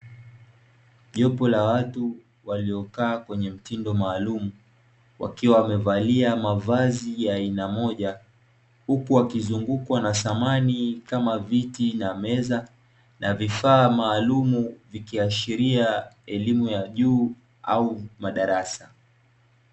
Jopo la watu waliokaa kwenye mtindo maalumu, wakiwa wamevalia mavazi ya aina moja, huku wakizungukwa na samani kama viti na meza, na vifaa maalumu, vikiashiria elimu ya juu au madarasa.